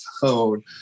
phone